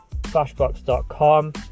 Flashbox.com